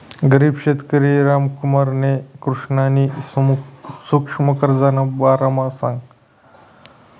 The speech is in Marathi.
गरीब शेतकरी रामकुमारले कृष्णनी सुक्ष्म कर्जना बारामा सांगं